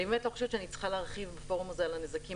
אני באמת לא חושבת שאני צריכה להרחיב בפורום הזה על הנזקים